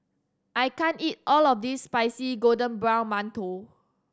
I can't eat all of this crispy golden brown mantou